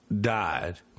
died